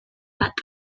bat